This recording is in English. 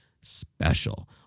special